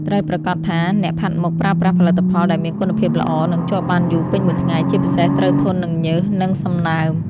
ត្រូវប្រាកដថាអ្នកផាត់មុខប្រើប្រាស់ផលិតផលដែលមានគុណភាពល្អ និងជាប់បានយូរពេញមួយថ្ងៃ ជាពិសេសត្រូវធន់នឹងញើស និងសំណើម ។